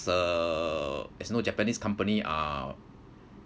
uh as you know japanese company are